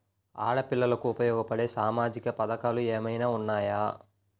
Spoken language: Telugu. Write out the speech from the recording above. ఆడపిల్లలకు ఉపయోగపడే సామాజిక పథకాలు ఏమైనా ఉన్నాయా?